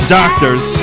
doctors